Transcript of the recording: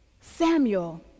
Samuel